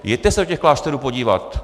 Jeďte se do těch klášterů podívat.